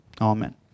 amen